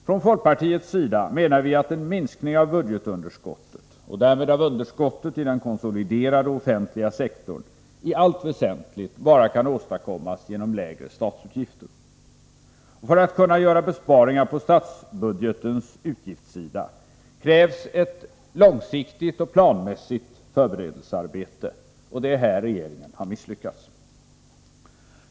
Från folkpartiets sida menar vi att en minskning av budgetunderskottet och därmed av underskottet i den konsoliderade offentliga sektorn i allt väsentligt bara kan åstadkommas genom lägre statsutgifter. Och för att kunna göra besparingar på statsbudgetens utgiftssida krävs ett långsiktigt och planmässigt förberedelsearbete, och det är här regeringen har misslyckats.